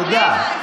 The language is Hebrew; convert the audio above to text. תודה.